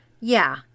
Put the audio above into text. Yeah